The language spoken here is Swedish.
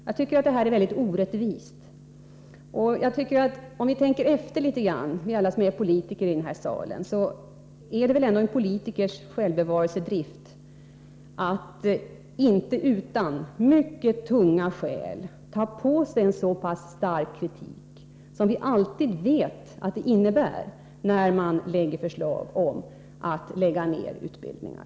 Jag anser att det här är väldigt orättvist. Nog håller vi med om, vi alla här i kammaren som är politiker, om vi tänker efter litet grand, att det är en politikers självbevarelsedrift att inte utan mycket tunga skäl ta på sig en så stark kritik som vi vet att man alltid utsätter sig för när man kommer med förslag om att lägga ned utbildningar.